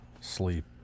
sleep